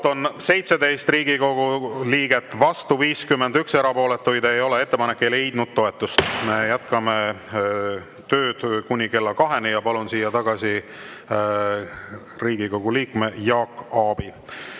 17 Riigikogu liiget, vastu 51, erapooletuid ei ole. Ettepanek ei leidnud toetust. Me jätkame tööd kuni kella kaheni. Palun siia tagasi Riigikogu liikme Jaak Aabi.